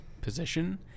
position